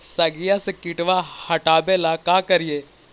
सगिया से किटवा हाटाबेला का कारिये?